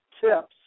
tips